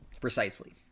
Precisely